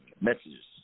messages